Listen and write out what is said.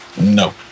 No